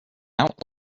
out